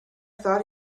thought